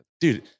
dude